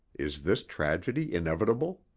is this tragedy inevitable?